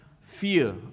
fear